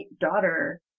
daughter